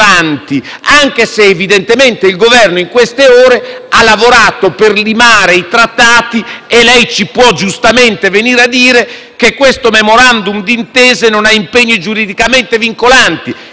e lei ci può giustamente venire a dire che questo *memorandum* di intesa non ha impegni giuridicamente vincolanti. Sappiamo bene che gli altri Paesi europei hanno una penetrazione commerciale e rapporti con la Cina più forte di noi.